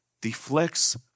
deflects